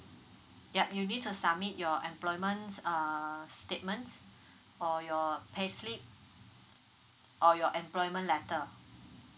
yup you need to submit your employment err statements or your payslip or your employment letter